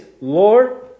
Lord